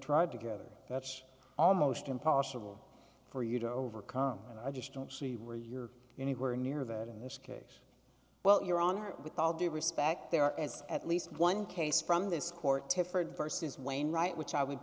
tried together that's almost impossible for you to overcome and i just don't see where you're anywhere near that in this case well your honor with all due respect there as at least one case from this court to ferd versus wainwright which i would